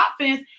offense